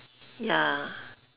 ya